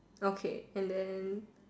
okay and then